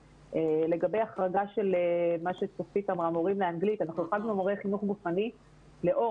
לגבי החרגה של מורים לאנגלית החרגנו מורים לחינוך גופני לאור